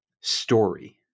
story